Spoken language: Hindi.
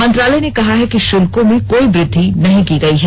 मंत्रालय ने कहा है कि शुल्कों में कोई वृद्धि नहीं की गई है